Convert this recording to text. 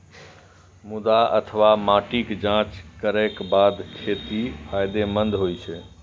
मृदा अथवा माटिक जांच करैक बाद खेती फायदेमंद होइ छै